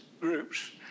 groups